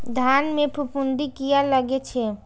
धान में फूफुंदी किया लगे छे?